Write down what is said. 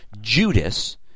Judas